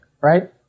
right